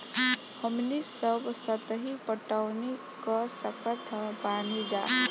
हमनी सब सतही पटवनी क सकतऽ बानी जा